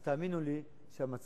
אז, תאמינו לי שהמצב